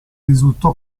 risultò